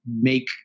make